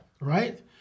right